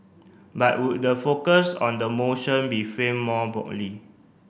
but would the focus on the motion be framed more broadly